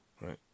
right